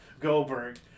Goldberg